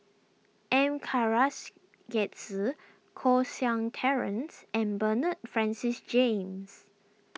M Karthigesu Koh Seng Terence and Bernard Francis James